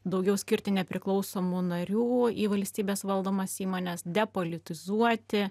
daugiau skirti nepriklausomų narių į valstybės valdomas įmones depolitizuoti